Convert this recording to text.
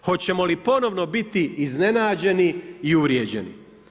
Hoćemo li ponovno biti iznenađeni i uvrijeđeni?